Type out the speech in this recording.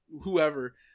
whoever